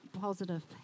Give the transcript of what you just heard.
positive